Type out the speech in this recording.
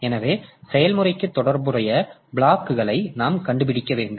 எனவே செயல்முறைக்கு தொடர்புடைய பிளாக் களை நாம் கண்டுபிடிக்க வேண்டும்